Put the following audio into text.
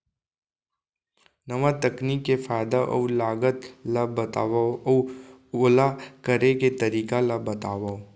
नवा तकनीक के फायदा अऊ लागत ला बतावव अऊ ओला करे के तरीका ला बतावव?